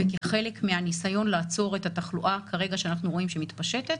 וכחלק מהניסיון לעצור את התחלואה שאנחנו רואים שכרגע מתפשטת